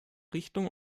richtung